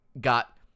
got